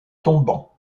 tombant